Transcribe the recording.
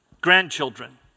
grandchildren